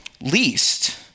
least